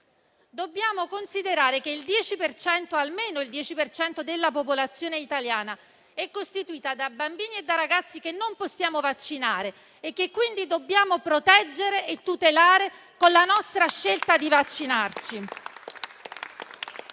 Dobbiamo considerare che almeno il 10 per cento della popolazione italiana è costituita da bambini e ragazzi che non possiamo vaccinare e che, quindi, dobbiamo proteggere e tutelare con la nostra scelta di vaccinarci.